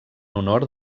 honor